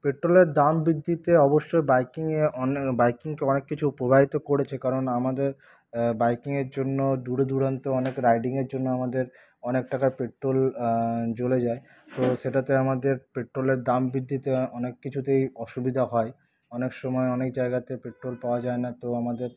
পেট্রোলের দাম বৃদ্ধিতে অবশ্যই বাইকিংয়ে অনেক বাইকিংকে অনেক কিছু প্রভাবিত করেছে কারণ আমাদের বাইকিংয়ের জন্য দূর দূরান্ত অনেক রাইডিংয়ের জন্য আমাদের অনেক টাকার পেট্রোল জ্বলে যায় তো সেটাতে আমাদের পেট্রোলের দাম বৃদ্ধিতে অনেক কিছুতেই অসুবিধা হয় অনেক সময় অনেক জায়গাতে পেট্রোল পাওয়া যায় না তো আমাদের